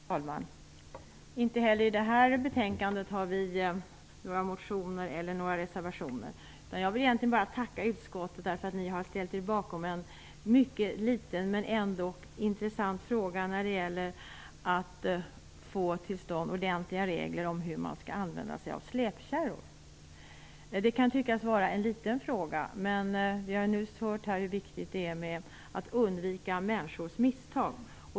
Fru talman! Inte heller till detta betänkande har vi moderater väckt några motioner eller avgett några reservationer. Jag vill egentligen bara tacka utskottet för att det har ställt sig bakom vår uppfattning i en mycket liten men ändock intressant fråga, nämligen hur man skall använda sig av släpkärror. Det kan tyckas vara en liten fråga. Men vi har nyss hört hur viktigt det är med att undvika människors misstag.